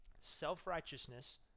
Self-righteousness